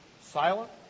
silent